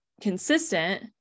consistent